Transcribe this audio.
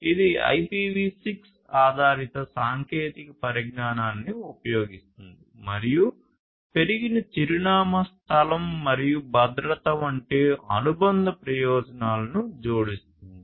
ఇది IPv6 ఆధారిత సాంకేతిక పరిజ్ఞానాన్ని ఉపయోగిస్తుంది మరియు పెరిగిన చిరునామా స్థలం మరియు భద్రత వంటి అనుబంధ ప్రయోజనాలను జోడిస్తుంది